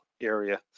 area